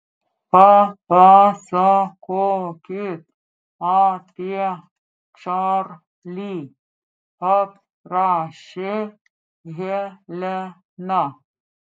papasakokit apie čarlį paprašė helena